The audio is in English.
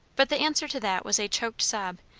but the answer to that was a choked sob,